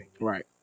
right